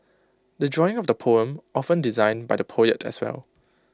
the drawing of the poem often designed by the poet as well